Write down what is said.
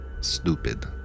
stupid